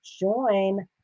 join